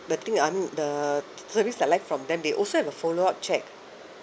the thing I mean the service I like from them they also have a follow up check